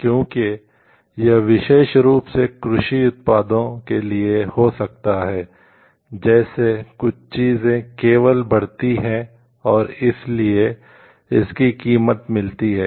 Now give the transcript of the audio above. क्योंकि यह विशेष रूप से कृषि उत्पादों के लिए हो सकता है जैसे कुछ चीजें केवल बढ़ती हैं और इसीलिए इसकी कीमत मिलती है